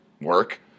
work